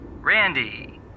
Randy